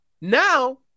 Now